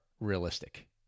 realistic